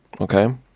Okay